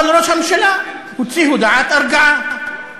אבל ראש הממשלה הוציא הודעת הרגעה.